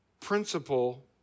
principle